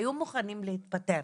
היו מוכנים להתפטר,